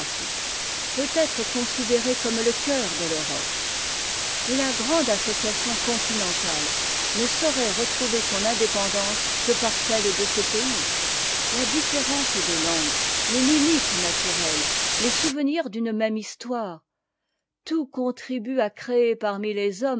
peut être considérée comme le cœur de l'europe et la grande association continentale ne saurait retrouver son indépendance que par celle de ce pays la différence des langues lés limites naturelles les souvenirs'd'une même histoire tout contribue à créer parmi les hommes